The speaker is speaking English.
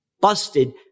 busted